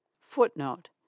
footnote